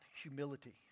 humility